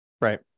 right